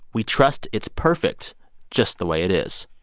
we trust it's perfect just the way it is.